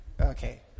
Okay